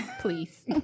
Please